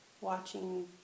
watching